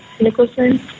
Nicholson